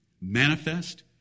manifest